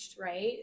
right